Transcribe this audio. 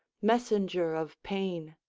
messenger of pain.